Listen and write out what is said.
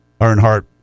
earnhardt